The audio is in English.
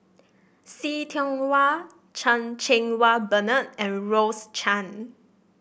See Tiong Wah Chan Cheng Wah Bernard and Rose Chan